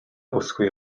бүсгүй